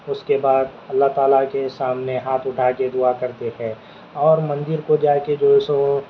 اس کے بعد اللہ تعالیٰ کے سامنے ہاتھ اٹھا کے دعا کرتے ہیں اور مندر کو جا کے جو ہے سو